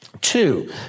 Two